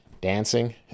dancing